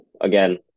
again